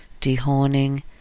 dehorning